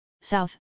south